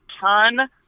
ton